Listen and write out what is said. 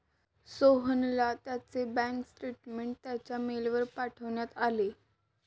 सोहनला त्याचे bank statement त्याच्या मेलवर पाठवण्यात आले